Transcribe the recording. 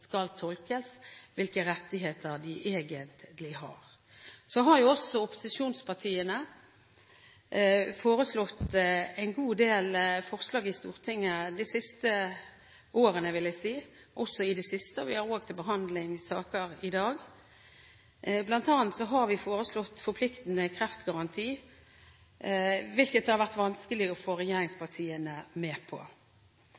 skal tolkes, hvilke rettigheter de egentlig har. Så har jo også opposisjonspartiene kommet med en god del forslag i Stortinget de siste årene, vil jeg si, også i det siste. Vi har også til behandling saker i dag. Blant annet har vi foreslått en forpliktende kreftgaranti, hvilket har vært vanskelig å få